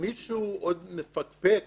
אם מישהו עוד מפקפק